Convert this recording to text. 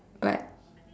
right